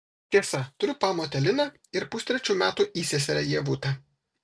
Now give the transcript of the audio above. tiesa turiu pamotę liną ir pustrečių metų įseserę ievutę